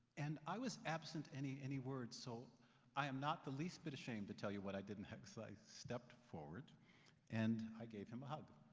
and i was absent any any words so i am not the least bit ashamed to tell you what i did next. i stepped forward and i gave him a hug.